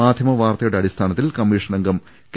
മാധ്യമ വാർത്തയുടെ അടിസ്ഥാന ത്തിൽ കമ്മീഷനംഗം കെ